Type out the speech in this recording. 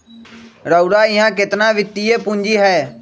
रउरा इहा केतना वित्तीय पूजी हए